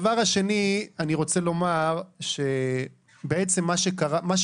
העובד המסכן שמקבל 5,000 שקל ושכר הדירה שלו הוא 80% מהשכר או 70% מהשכר